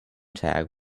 tag